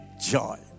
joy